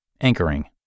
Anchoring